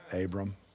Abram